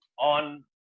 on